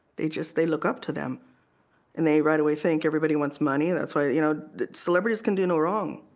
they just they look up to them and they right away think everybody wants money that's why you know celebrities can do no wrong